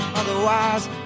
otherwise